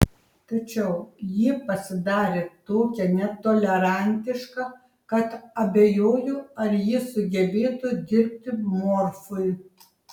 tačiau ji pasidarė tokia netolerantiška kad abejoju ar ji sugebėtų dirbti morfui